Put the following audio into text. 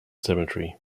cemetery